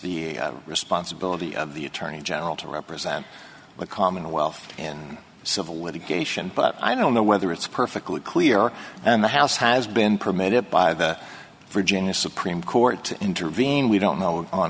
the responsibility of the attorney general to represent the commonwealth in civil litigation but i don't know whether it's perfectly clear and the house has been permitted by the virginia supreme court to intervene we don't known on